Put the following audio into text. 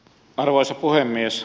arvoisa puhemies